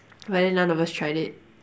but then none of us tried it